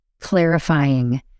clarifying